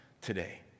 today